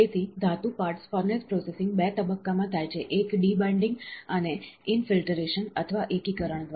તેથી ધાતુ parts furnace processing 2 તબક્કામાં થાય છે એક ડી બાઈન્ડીંગ અને ઈન ફિલ્ટરેશન અથવા એકીકરણ દ્વારા